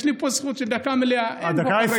יש לי פה זכות של דקה מלאה, אין פה חברי כנסת.